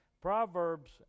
Proverbs